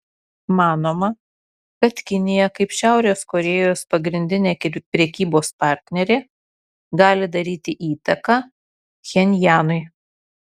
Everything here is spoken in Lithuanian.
manoma kad kinija kaip šiaurės korėjos pagrindinė prekybos partnerė gali daryti įtaką pchenjanui